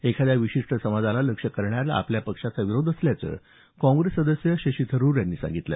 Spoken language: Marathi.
एखाद्या विशिष्ट समाजाला लक्ष्य करण्याला आपल्या पक्षाचा विरोध असल्याचं कॉग्रेस सदस्य शशी थरुर यांनी सांगितलं